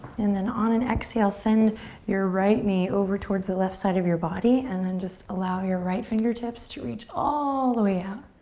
and then on an exhale, send your right knee over towards the left side of your body and then just allow your right fingertips to reach all the way out.